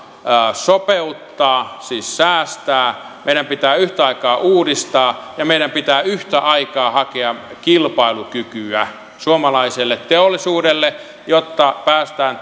sopeuttaa siis säästää meidän pitää yhtä aikaa uudistaa ja meidän pitää yhtä aikaa hakea kilpailukykyä suomalaiselle teollisuudelle jotta pääsemme